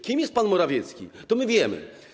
Kim jest pan Morawiecki, to my wiemy.